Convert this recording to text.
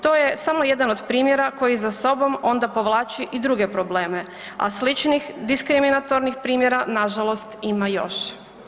To je samo jedan od primjera koji za sobom onda povlači i druge probleme, a sličnih diskriminatornih primjera nažalost ima još.